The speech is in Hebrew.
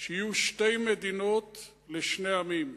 שיהיו שתי מדינות לשני עמים?